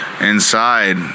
Inside